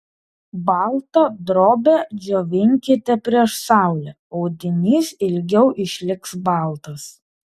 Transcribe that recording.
baltą drobę džiovinkite prieš saulę audinys ilgiau išliks baltas